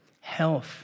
Health